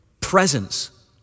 presence